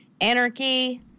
anarchy